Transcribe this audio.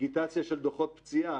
דיגיטציה של דוחות פציעה,